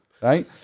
right